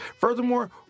Furthermore